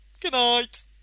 Goodnight